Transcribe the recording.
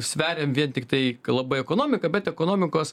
sveriam vien tiktai labai ekonomiką bet ekonomikos